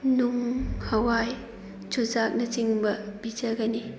ꯅꯨꯡꯍꯋꯥꯏ ꯆꯨꯖꯥꯛꯅꯆꯤꯡꯕ ꯄꯤꯖꯒꯅꯤ